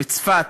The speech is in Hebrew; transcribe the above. בצפת,